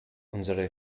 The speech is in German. unsere